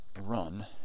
run